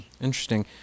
Interesting